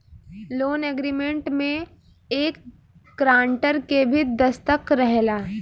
loan agreement में एक grantor के भी दस्तख़त रहेला